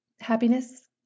Happiness